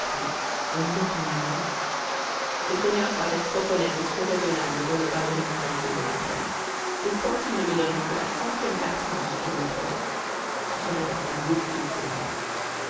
en disant en lui-même ces seigneurs paraissent trop honnêtes et trop raisonnables pour ne pas me récompenser de ma peine et quand ils ne me donneraient que la centième partie de ce qu'ils me promettent ce serait encore beaucoup pour moi